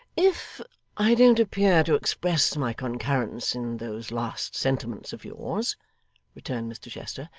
if i don't appear to express my concurrence in those last sentiments of yours returned mr chester,